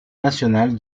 national